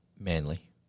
Manly